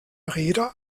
räder